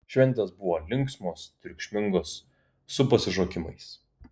šventės buvo linksmos triukšmingos su pasišokimais